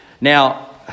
Now